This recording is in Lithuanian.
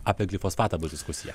apie glifosfatą bus diskusija